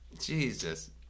Jesus